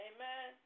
Amen